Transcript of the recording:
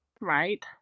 Right